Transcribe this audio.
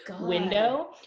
window